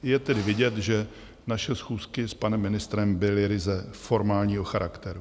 Je tedy vidět, že naše schůzky s panem ministrem byly ryze formálního charakteru.